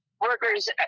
workers